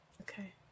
Okay